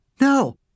No